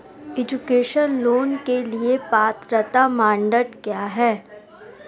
Education loan के लिए पात्रता मानदंड क्या है?